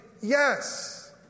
yes